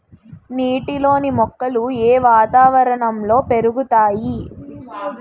నీటిలోని మొక్కలు ఏ వాతావరణంలో పెరుగుతాయి?